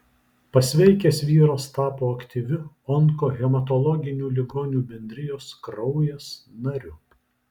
pasveikęs vyras tapo aktyviu onkohematologinių ligonių bendrijos kraujas nariu